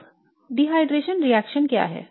अब निर्जलीकरण रिएक्शन क्या है